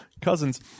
cousins